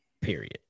Period